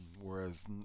Whereas